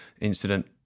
incident